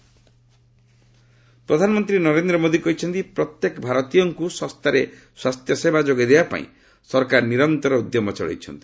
PM ପ୍ରଧାନମନ୍ତ୍ରୀ ନରେନ୍ଦ୍ର ମୋଦି କହିଛନ୍ତି ପ୍ରତ୍ୟେକ ଭାରତୀୟଙ୍କୁ ଶସ୍ତାରେ ସ୍ୱାସ୍ଥ୍ୟସେବା ଯୋଗାଇ ଦେବା ପାଇଁ ସରକାର ନିରନ୍ତର ଉଦ୍ୟମ ଚଳେଇଛନ୍ତି